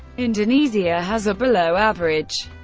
indonesia has a below average,